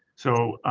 so,